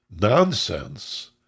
nonsense